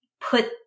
put